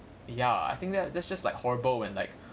ya I think that that's just like horrible when like